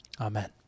Amen